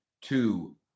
two